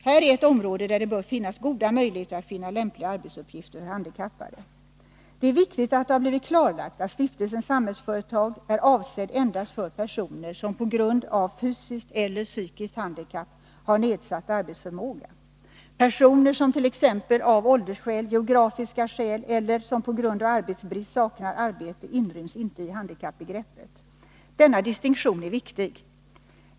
Här är ett område där det bör finnas goda möjligheter att finna lämpliga arbetsuppgifter för handikappade. Det är viktigt att det har blivit klarlagt att Stiftelsen Samhällsföretag är avsedd endast för personer som på grund av fysiskt eller psykiskt handikapp har nedsatt arbetsförmåga. Personer som av t.ex. åldersskäl och geografiska skäl eller som på grund av arbetsbrist saknar arbete inryms inte i handikappbegreppet. Denna distinktion är viktig.